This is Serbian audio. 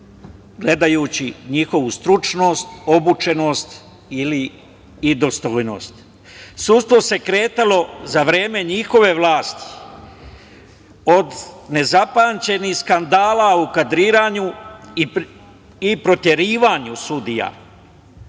gledajući njihovu stručnost, obučenost i dostojnost. Sudstvo se kretalo, za vreme njihove vlasti, od nezapamćenih skandala u kadriranju i proterivanju sudija